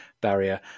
barrier